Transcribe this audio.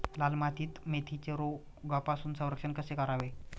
लाल मातीतील मेथीचे रोगापासून संरक्षण कसे करावे?